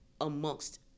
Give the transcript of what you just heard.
amongst